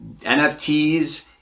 NFTs